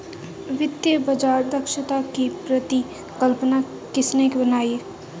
वित्तीय बाजार दक्षता की परिकल्पना किसने बनाई?